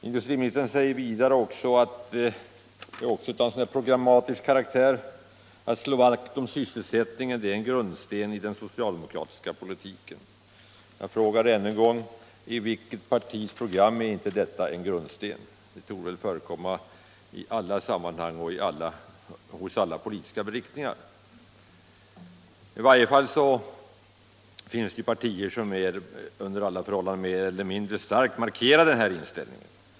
Industriministern gör vidare följande uttalande — också det av programmatisk karaktär: ”Att slå vakt om sysselsättningen är en grundsten i den socialdemokratiska politiken.” Jag frågar ännu en gång: I vilket partis program är inte detta en grundsten? Det torde förekomma i alla sammanhang och hos alla politiska riktningar. Men det finns partier som mer eller mindre starkt markerar denna inställning.